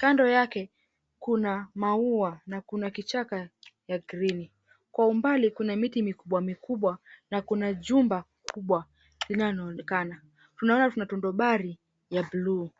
Kando yake kuna maua na kuna kichaka ya green . Kwa umbali kuna miti mikubwa mikubwa, na kuna jumba kubwa linaloonekana. Tunaona kuna tundobari ya bluu.